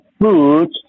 foods